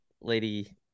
lady